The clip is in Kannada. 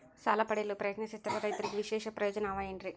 ಸಾಲ ಪಡೆಯಲು ಪ್ರಯತ್ನಿಸುತ್ತಿರುವ ರೈತರಿಗೆ ವಿಶೇಷ ಪ್ರಯೋಜನ ಅವ ಏನ್ರಿ?